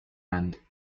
and